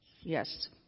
yes